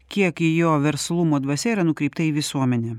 kiek jo verslumo dvasia yra nukreipta į visuomenę